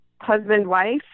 husband-wife